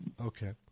Okay